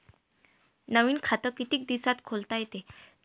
नवीन खात कितीक दिसात खोलता येते?